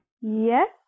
Yes